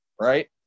Right